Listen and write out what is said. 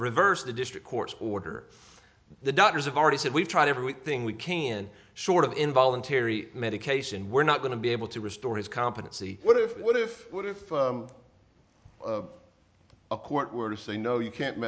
reverse the district court's order the doctors have already said we've tried everything we can short of involuntary medication we're not going to be able to restore his competency what if what if what if a court were to say no you can't